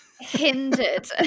hindered